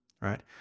right